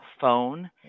phone